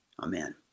Amen